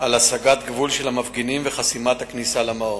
"לב השרון" על הסגת גבול של מפגינים וחסימת הכניסה למעון.